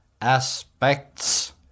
aspects